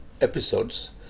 episodes